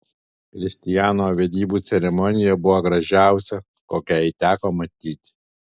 kristijano vedybų ceremonija buvo gražiausia kokią jai teko matyti